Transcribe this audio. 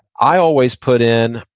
i always put in,